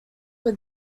were